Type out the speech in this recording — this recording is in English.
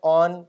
on